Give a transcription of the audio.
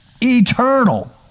eternal